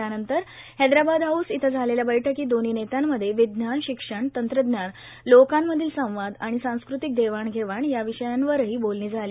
त्यानंतर हैदराबाद हाऊस इथं झालेल्या बैठकीत दोन्ही नेत्यांमधे विज्ञान शिक्षण तंत्रज्ञान लोकांमधील संवाद आणि सांस्कृतिक देवाणघेवाण या विषयांवरही बोलणी झाली